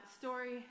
story